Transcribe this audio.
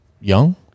young